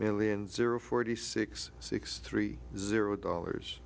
million zero forty six six three zero dollars